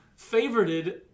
favorited